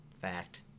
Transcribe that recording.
Fact